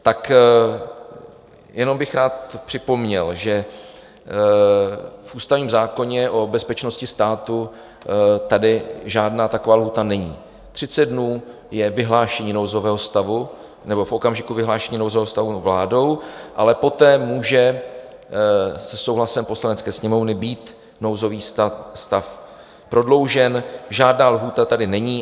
Tak jenom bych rád připomněl, že v ústavním zákoně o bezpečnosti státu tady žádná taková lhůta není, 30 dnů je vyhlášení nouzového stavu, nebo v okamžiku vyhlášení nouzového stavu vládou, ale poté může se souhlasem Poslanecké sněmovny být nouzový stav prodloužen, žádná lhůta tady není.